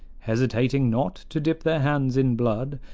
hesitating not to dip their hands in blood,